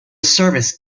service